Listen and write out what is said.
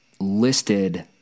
listed